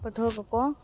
ᱯᱟᱹᱴᱷᱣᱟᱹ ᱠᱚᱠᱚ